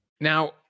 Now